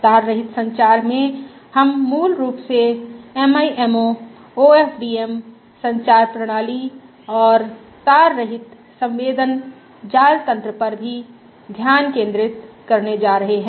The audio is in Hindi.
तार रहित संचार में हम मूल रूप से MIMO OFDM संचार प्रणाली और तार रहित संवेदन जाल तन्त्र पर भी ध्यान केंद्रित करने जा रहे हैं